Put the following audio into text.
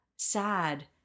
sad